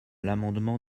l’amendement